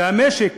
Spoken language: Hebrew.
במשק